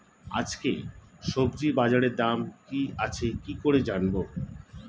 আজকে সবজি বাজারে দাম কি আছে কি করে জানবো?